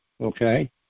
okay